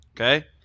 okay